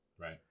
Right